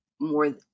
more